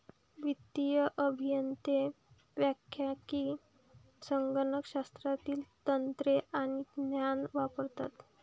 वित्तीय अभियंते सांख्यिकी, संगणक शास्त्रातील तंत्रे आणि ज्ञान वापरतात